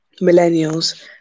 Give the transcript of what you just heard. millennials